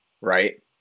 right